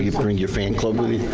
you bring your fan club with